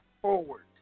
forward